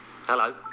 Hello